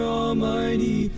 almighty